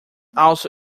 also